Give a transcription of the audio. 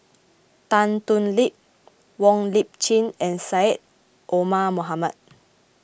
Tan Thoon Lip Wong Lip Chin and Syed Omar Mohamed